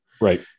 Right